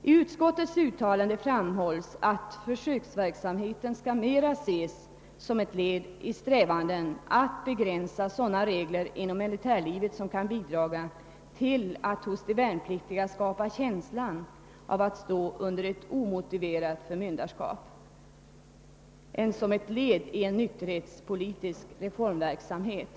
I utskottets uttalande framhålls att försöksverksamheten skall »mera ses som ett led i strävandena att begränsa sådana regler inom militärlivet som kan bidra till att hos de värnpliktiga skapa känslan av att stå under ett omotiverat förmynderskap än som ett led i en nykterhetspolitisk reformverksamhet».